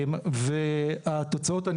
התוצאות,